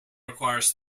requires